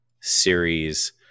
series